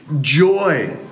joy